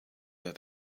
that